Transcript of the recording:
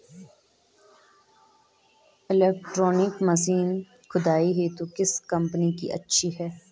Electronic machine खुदाई हेतु किस कंपनी की अच्छी है?